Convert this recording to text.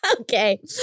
Okay